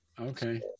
Okay